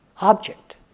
object